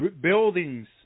buildings